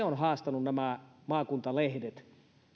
on haastanut nämä maakuntalehdet